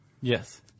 Yes